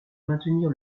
maintenir